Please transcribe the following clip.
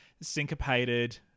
syncopated